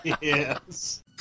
Yes